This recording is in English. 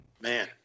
Man